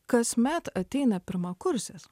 kasmet ateina pirmakursis